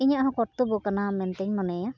ᱤᱧᱟᱹᱜ ᱦᱚᱸ ᱠᱚᱛᱛᱚᱵᱽᱵᱚ ᱠᱟᱱᱟ ᱢᱮᱱᱛᱮᱧ ᱢᱚᱱᱮᱭᱟ